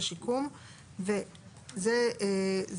שיקום); מדדי האיכות זה אותן אמות המידה.